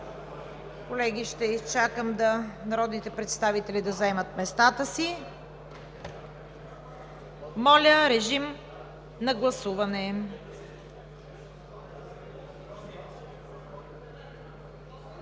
Колеги, ще изчакам народните представители да заемат местата си. Моля, режим на гласуване.